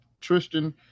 Tristan